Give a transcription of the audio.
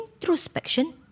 introspection